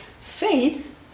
faith